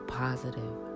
positive